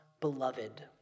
beloved